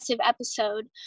episode